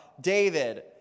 David